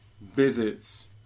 visits